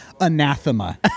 Anathema